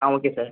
ah okay sir